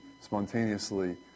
spontaneously